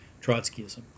Trotskyism